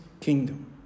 kingdom